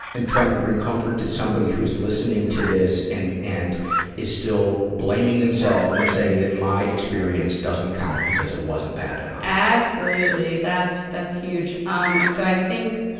i'm trying to bring comfort to somebody who's listening to this and, and is still blaming themselves or saying that my experience doesn't count, because it wasn't bad and enough. absolutely. that's, that's huge. um so, i think,